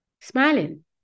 smiling